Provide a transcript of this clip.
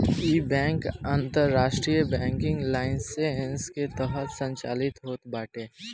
इ बैंक अंतरराष्ट्रीय banking licence के तहत संचालित होत बाटे